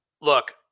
Look